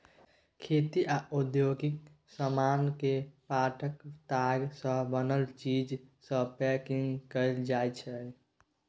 खेती आ औद्योगिक समान केँ पाटक ताग सँ बनल चीज सँ पैंकिग कएल जाइत छै